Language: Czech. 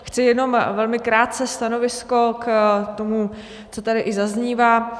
Chci jenom velmi krátce stanovisko k tomu, co tady zaznívá.